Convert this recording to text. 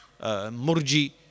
murji